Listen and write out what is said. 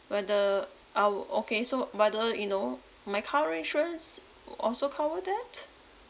whether our okay so by the way you know my car insurance would also cover that